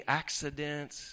accidents